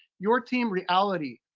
your team reality.